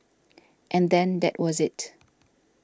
and then that was it